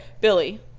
Billy